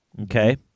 okay